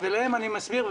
להם אני מסביר,